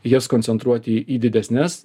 jas koncentruoti į didesnes